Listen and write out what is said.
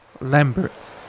lambert